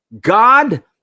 God